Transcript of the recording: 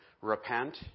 Repent